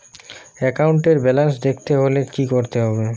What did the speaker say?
একাউন্টের ব্যালান্স দেখতে হলে কি করতে হবে?